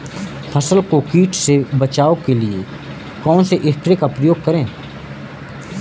फसल को कीट से बचाव के कौनसे स्प्रे का प्रयोग करें?